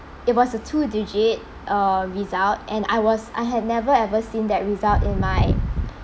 it was a two digit uh result and I was I have never ever seen that result in my